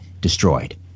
destroyed